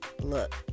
Look